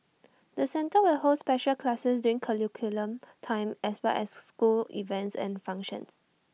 the centre will hold special classes during curriculum time as well as school events and functions